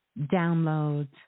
downloads